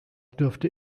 dürfte